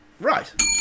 Right